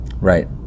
right